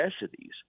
necessities